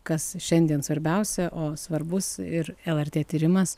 kas šiandien svarbiausia o svarbus ir lrt tyrimas